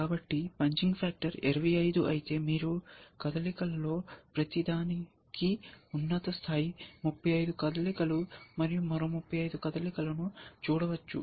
కాబట్టి punching factor 25 అయితే మీరు ఈ కదలికలలో ప్రతిదానికి ఉన్నత స్థాయి 35 కదలికలు మరియు మరో 35 కదలికలను చూడవచ్చు